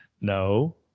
No